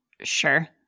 Sure